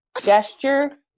gesture